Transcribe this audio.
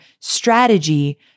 strategy